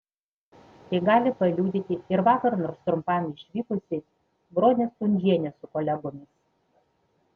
tai gali paliudyti ir vakar nors trumpam išvykusi bronė stundžienė su kolegomis